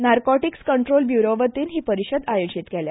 narcotics control bureau वतीन ही परिशद आयोजीत केल्या